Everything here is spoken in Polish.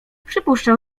przypuszczał